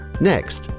next,